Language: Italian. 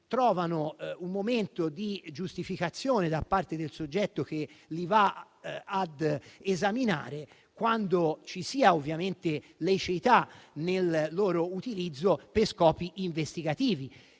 trovano un momento di giustificazione da parte del soggetto che li va ad esaminare quando ci sia ovviamente liceità nel loro utilizzo per scopi investigativi.